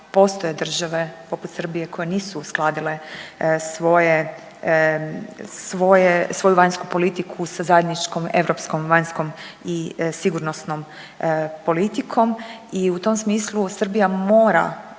postoje države poput Srbije koje nisu uskladile svoje, svoje, svoju vanjsku politiku sa zajedničkom europskom vanjskom i sigurnosnom politikom i u tom smislu Srbija mora